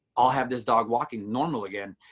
i'll have this dog walking normal again.